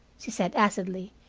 she said, acidly.